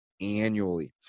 annually